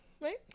right